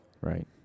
Right